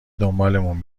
دنبالمون